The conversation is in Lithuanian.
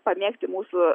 pamėgti mūsų